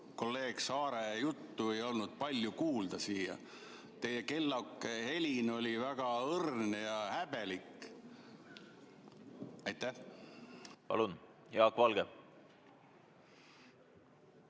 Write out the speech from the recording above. kolleeg Saare juttu ei olnud palju kuulda siia. Teie kellahelin oli väga õrn ja häbelik. Aitäh! Mul